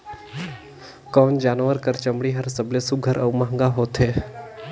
कोन जानवर कर चमड़ी हर सबले सुघ्घर और महंगा होथे?